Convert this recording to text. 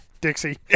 Dixie